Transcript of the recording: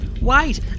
Wait